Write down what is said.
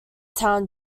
town